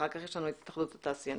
לאחר מכן נשמע את התאחדות התעשיינים.